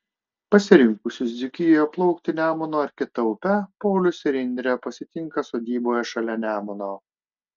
pasirinkusius dzūkijoje plaukti nemunu ar kita upe paulius ir indrė pasitinka sodyboje šalia nemuno